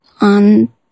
on